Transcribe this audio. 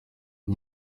cyo